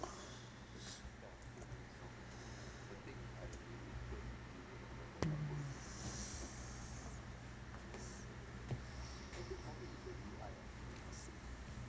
mm